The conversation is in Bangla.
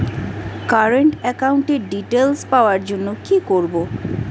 কারেন্ট একাউন্টের ডিটেইলস পাওয়ার জন্য কি করব?